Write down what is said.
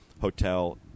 hotel